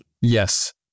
Yes